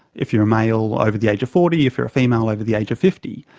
if you're a male over the age of forty, if you're a female over the age of fifty.